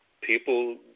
people